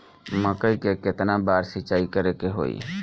मकई में केतना बार सिंचाई करे के होई?